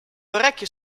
orecchie